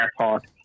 airport